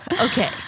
Okay